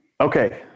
Okay